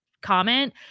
comment